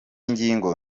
ngingo